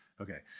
Okay